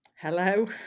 Hello